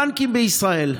הבנקים בישראל.